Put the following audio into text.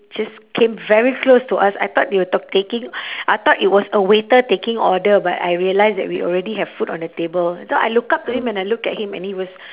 just came very close to us I thought they were talk taking I thought it was a waiter taking order but I realised that we already have food on the table so I look up to him and I look at him and he was